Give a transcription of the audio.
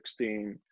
2016